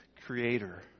Creator